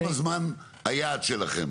מה היעד שלכם